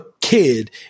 kid